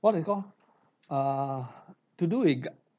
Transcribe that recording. what do you call err to do with